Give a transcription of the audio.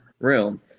room